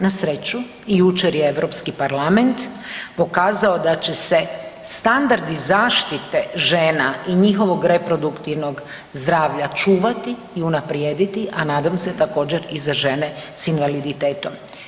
Na sreću jučer je Europski parlament pokazao da će se standardi zaštite žena i njihovog reproduktivnog zdravlja čuvati i unaprijediti, a nadam se također i za žene s invaliditetom.